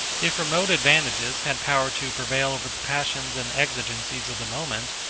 if remote advantages had power to prevail over the passions and the exigencies of the moment,